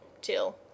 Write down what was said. till